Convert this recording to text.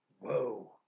Whoa